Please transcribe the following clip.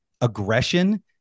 aggression